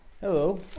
hello